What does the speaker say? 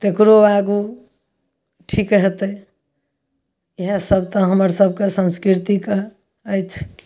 तेकरो आगू ठीक हेतै इएह सब तऽ हमर सब के संस्कृतिके अछि